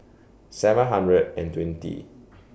seven hundred and twenty